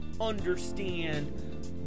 understand